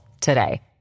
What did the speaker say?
today